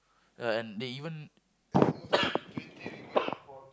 ya and they even